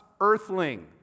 earthling